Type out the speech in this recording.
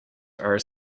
are